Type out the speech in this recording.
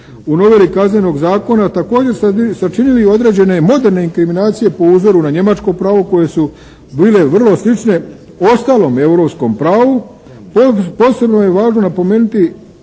u noveli Kaznenog zakona također sačinili određene moderne inkriminacije po uzoru na njemačko pravo koje su bile vrlo slične ostalom europskom pravu. Posebno je važno napomenuti